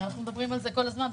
אנחנו מדברים על זה כל הזמן,